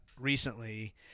recently